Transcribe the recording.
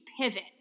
pivot